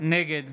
נגד